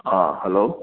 hello